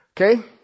Okay